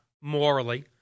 morally